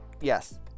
Yes